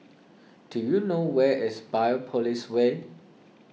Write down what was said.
do you know where is Biopolis Way